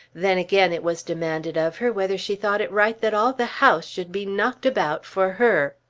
then again it was demanded of her whether she thought it right that all the house should be knocked about for her.